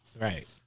Right